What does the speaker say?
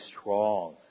strong